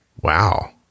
Wow